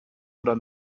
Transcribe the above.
oder